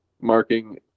marking